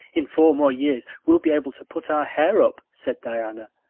in four more years we'll be able to put our hair up, said diana.